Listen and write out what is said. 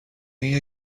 این